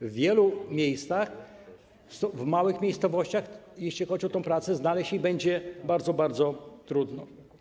W wielu miejscach, w małych miejscowościach, jeśli chodzi o pracę, znaleźć ją będzie bardzo, bardzo trudno.